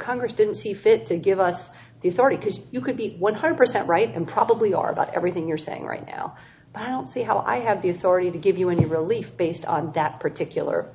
congress didn't see fit to give us the authority because you could be one hundred percent right and probably are about everything you're saying right now but i'll see how i have the authority to give you any relief based on that particular